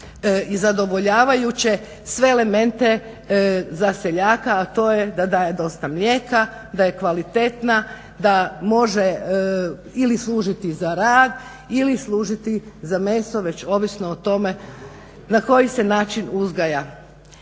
i zadovoljavajuće sve elemente za seljaka, a to je da daje dosta mlijeka, da je kvalitetna da može ili služiti za rad ili služiti za meso već ovisno o tome na koji se način uzgaja.